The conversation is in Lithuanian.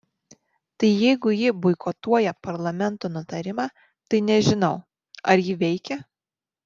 tai jeigu ji boikotuoja parlamento nutarimą tai nežinau ar ji veikia